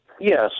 Yes